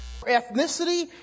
ethnicity